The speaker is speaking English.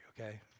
okay